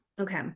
Okay